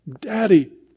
Daddy